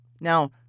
Now